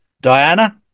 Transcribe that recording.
diana